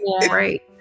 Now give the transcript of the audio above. right